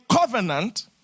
covenant